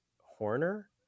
Horner